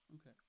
okay